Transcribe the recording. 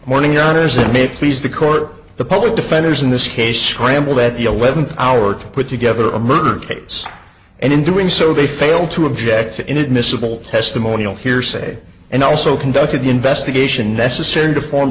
morning your honour's it may please the court the public defenders in this case scrambled at the eleventh hour to put together a murder case and in doing so they failed to object to inadmissible testimonial hearsay and also conducted the investigation necessary to form